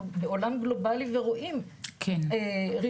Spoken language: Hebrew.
אנחנו בעולם גלובלי ורואים רילוקיישן,